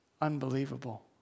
Unbelievable